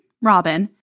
Robin